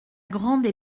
grande